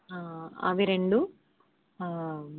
అవి రెండూ